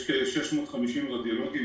יש כ-650 רדיולוגים,